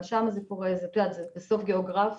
גם שם זה קורה ואת יודעת זה בסוף גיאוגרפי.